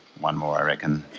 one more, i reckon.